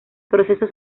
proceso